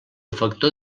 factor